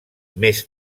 més